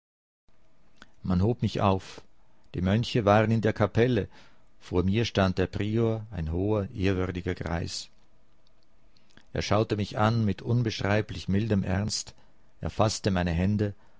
man hob mich auf die mönche waren in der kapelle vor mir stand der prior ein hoher ehrwürdiger greis er schaute mich an mit unbeschreiblich mildem ernst er faßte meine hände